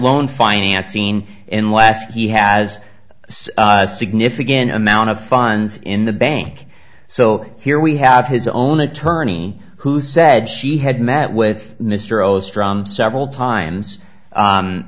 loan financing and last he has a significant amount of funds in the bank so here we have his own attorney who said she had met with mr rose drum several times